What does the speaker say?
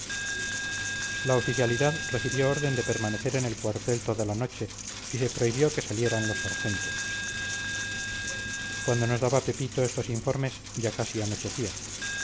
la oficialidad recibió orden de permanecer en el cuartel toda la noche y se prohibió que salieran los sargentos cuando nos daba pepito estos informes ya casi anochecía